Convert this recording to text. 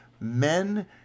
men